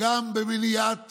גם במניעת